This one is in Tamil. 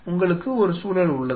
உங்களுக்கு ஒரு சூழல் உள்ளது